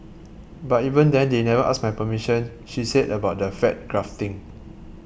but even then they never asked my permission she said about the fat grafting